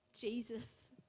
Jesus